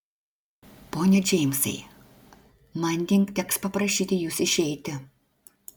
pone džeimsai manding teks paprašyti jus išeiti